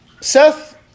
Seth